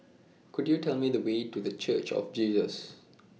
Could YOU Tell Me The Way to The Church of Jesus